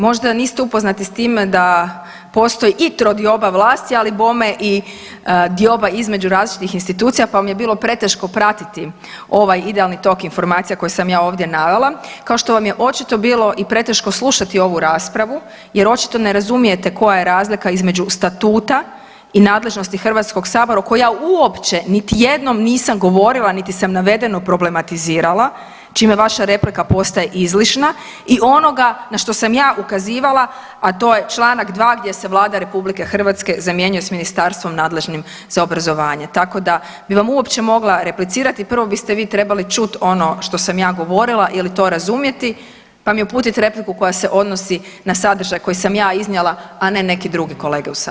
Možda niste upoznati s time da postoji i trodioba vlasti, ali bome i dioba između različitih institucija pa vam je bilo preteško pratiti ovaj idealni tok informacija koje sam ja ovdje navela, kao što vam je očito bilo i preteško slušati ovu raspravu jer očito ne razumijete koja je razlika između statuta i nadležnosti HS-a koji ja uopće niti jednom nisam govorila niti sam navedeno problematizirala, čime vaša replika postaje izlišna i onoga na što sam ja ukazivala, a to je čl. 2 gdje se Vlada RH zamjenjuje s ministarstvom nadležnim za obrazovanje, tako, da bi vam uopće mogla replicirati, prvo biste vi trebali čuti ono što sam ja govorila ili to razumjeti, pa mi uputiti repliku koja se odnosi na sadržaj koji sam ja iznijela, a ne neki drugi kolege u Saboru.